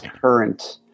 current